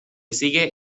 sigue